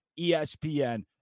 ESPN